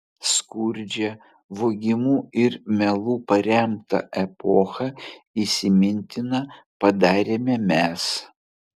skurdžią vogimu ir melu paremtą epochą įsimintina padarėme mes